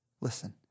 Listen